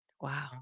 wow